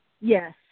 Yes